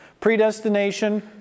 predestination